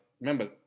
Remember